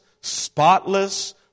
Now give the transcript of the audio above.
spotless